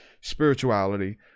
spirituality